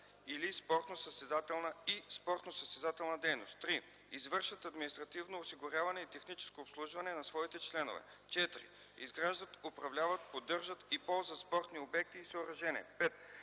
им тренировъчна и спортно-състезателна дейност; 3. извършват административно осигуряване и техническо обслужване на своите членове; 4. изграждат, управляват, поддържат и ползват спортни обекти и съоръжения; 5.